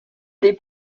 des